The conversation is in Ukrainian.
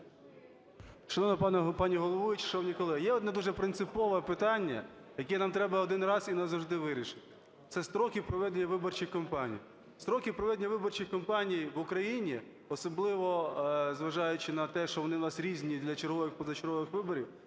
шановні колеги! Є одне дуже принципове питання, яке нам треба один раз і назавжди вирішити, - це строки проведення виборчих кампаній. Строки проведення виборчих кампаній в Україні, особливо зважаючи на те, що вони у нас різні для чергових і позачергових виборів,